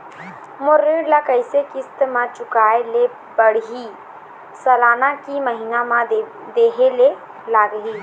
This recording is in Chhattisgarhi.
मोर ऋण ला कैसे किस्त म चुकाए ले पढ़िही, सालाना की महीना मा देहे ले लागही?